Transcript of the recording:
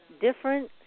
different